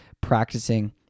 practicing